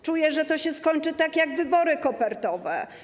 Czuję, że to się skończy tak jak wybory kopertowe.